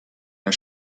der